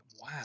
Wow